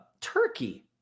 Turkey